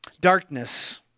Darkness